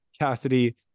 Cassidy